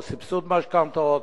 או סבסוד משכנתאות,